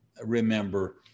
remember